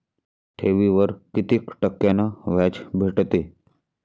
ठेवीवर कितीक टक्क्यान व्याज भेटते?